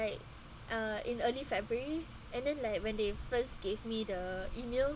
like uh in early february and then like when they first gave me the email